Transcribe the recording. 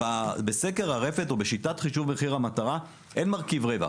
בסקר הרפת או בשיטת חישוב מחיר המטרה אין מרכיב רווח.